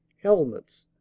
helmets,